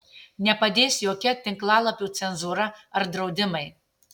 nepadės jokia tinklalapių cenzūra ar draudimai